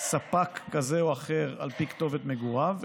ספק כזה או אחר על פי כתובת מגוריו,